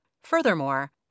Furthermore